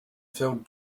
filled